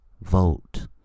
vote